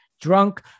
drunk